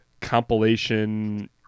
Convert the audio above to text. compilation-